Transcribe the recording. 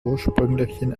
ursprünglich